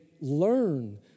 learn